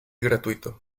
gratuito